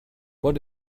what